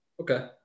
Okay